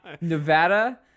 Nevada